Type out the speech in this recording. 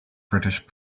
british